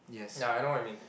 ya I know what I mean